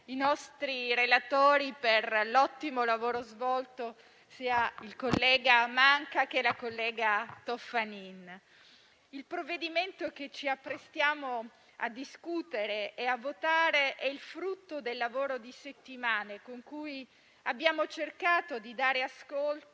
i nostri relatori per l'ottimo lavoro svolto, sia il collega Manca, sia la collega Toffanin. Il provvedimento che ci apprestiamo a discutere e a votare è il frutto del lavoro di settimane, con cui abbiamo cercato di dare ascolto